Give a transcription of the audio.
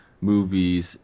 movies